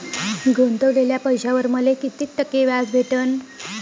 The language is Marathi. गुतवलेल्या पैशावर मले कितीक टक्के व्याज भेटन?